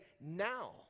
now